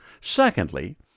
Secondly